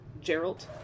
gerald